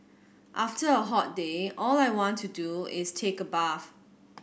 after a hot day all I want to do is take a bath